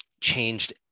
changed